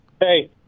Hey